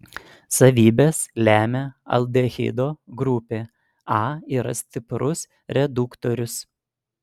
savybes lemia aldehido grupė a yra stiprus reduktorius